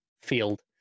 field